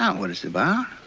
um what it's about.